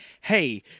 hey